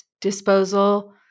disposal